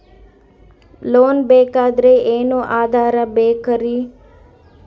Loan ಬೇಕಾದ್ರೆ ಏನೇನು ಆಧಾರ ಬೇಕರಿ?